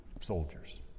soldiers